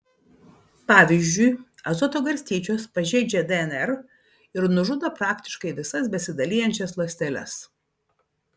pavyzdžiui azoto garstyčios pažeidžia dnr ir nužudo praktiškai visas besidalijančias ląsteles